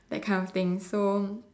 that kind of thing so